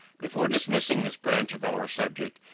before dismissing this branch of our subject,